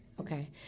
Okay